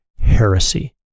heresy